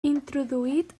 introduït